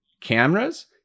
cameras